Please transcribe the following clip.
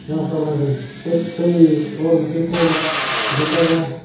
young fellas. it brings all the people together,